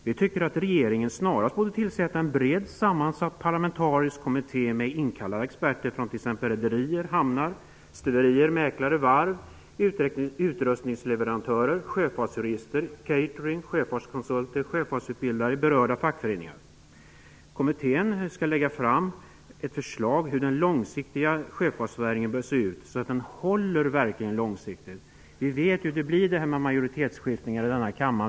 Vi tycker att regeringen snarast borde tillsätta en brett sammansatt parlamentarisk kommitté med inkallade experter från t.ex. rederier, hamnar, stuverier, mäklare, varv, utrustningsleverantörer, sjöfartsjurister, cateringverksamhet, sjöfartskonsulter, sjöfartsutbildare och berörda fackföreningar. Kommittén skall lägga fram förslag på hur den svenska sjöfartsnäringen bör se ut på lång sikt för att den verkligen skall hålla. Vi vet ju hur det kan bli med majoritetsskiftningar i denna kammare.